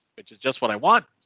which is just what i want.